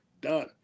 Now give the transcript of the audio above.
done